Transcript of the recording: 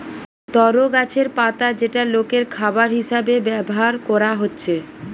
তরো গাছের পাতা যেটা লোকের খাবার হিসাবে ব্যভার কোরা হচ্ছে